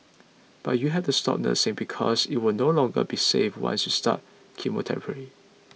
but you have to stop nursing because it will no longer be safe once you start chemotherapy